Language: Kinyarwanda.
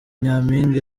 nyampinga